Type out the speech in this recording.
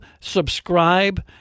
subscribe